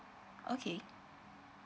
okay